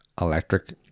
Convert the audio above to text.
electric